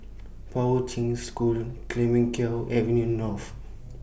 Poi Ching School Clemenceau Avenue North